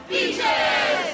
Beaches